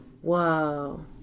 Whoa